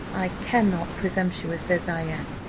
i cannot, presumptuous as i am,